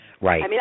Right